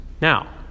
now